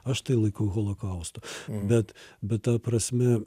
aš tai laikau holokaustu bet bet ta prasme